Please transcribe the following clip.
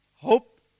hope